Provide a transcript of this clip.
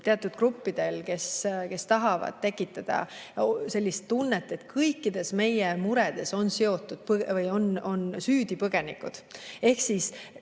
Teatud grupid tahavad tekitada sellist tunnet, et kõikides meie muredes on süüdi põgenikud. See on